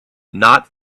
not